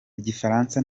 igifaransa